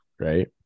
right